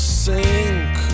sink